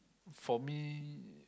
for me